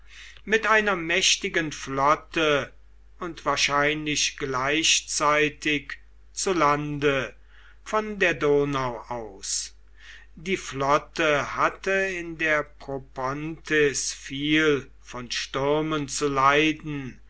mit einer mächtigen flotte und wahrscheinlich gleichzeitig zu lande von der donau aus die flotte hatte in der propontis viel von stürmen zu leiden